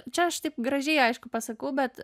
čia aš taip gražiai aišku pasakau bet